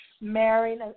marrying